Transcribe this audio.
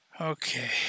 Okay